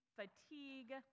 fatigue